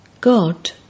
God